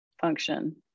function